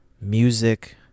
music